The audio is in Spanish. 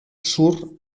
sur